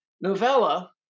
novella